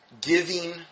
giving